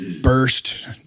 burst